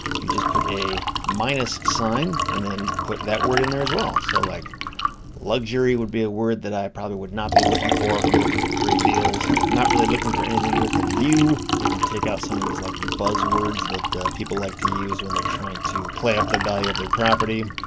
you just put a minus sign, and then put that word in there as well. so like luxury would be a word, that i probably would not be looking for if i'm looking for great deals. not really looking for anything with a view. maybe take out some of these like buzzwords that people like to use when they're trying to play up the value of their property.